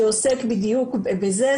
שעוסק בדיוק בזה.